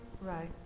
Right